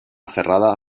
cerrada